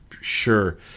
Sure